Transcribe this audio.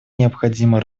необходимо